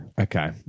Okay